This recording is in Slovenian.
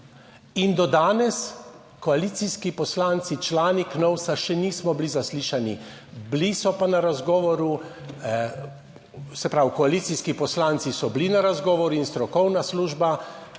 in do danes koalicijski poslanci, člani KNOVS, še nismo bili zaslišani, bili so pa na razgovoru, se pravi, koalicijski poslanci so bili na razgovoru in strokovna služba,